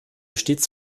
stets